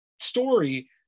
story